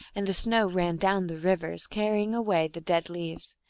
and the snow ran down the rivers, carrying away the dead leaves.